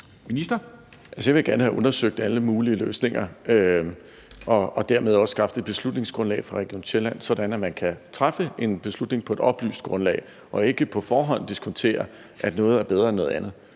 jeg vil gerne have undersøgt alle mulige løsninger og dermed også skaffe et beslutningsgrundlag for Region Sjælland, sådan at man kan træffe en beslutning på et oplyst grundlag og ikke på forhånd diskutere, om noget er bedre end noget andet.